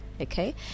okay